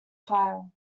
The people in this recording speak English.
fire